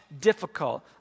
difficult